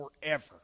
forever